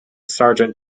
sergeant